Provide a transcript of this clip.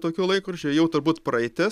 tokių laikrodžių jau turbūt praeitis